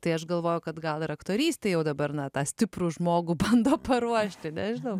tai aš galvojau kad gal ir aktorystė jau dabar nata stiprų žmogų bando paruošti nežinau